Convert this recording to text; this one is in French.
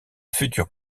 future